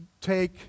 take